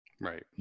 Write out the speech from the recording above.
Right